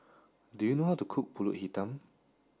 do you know how to cook pulut hitam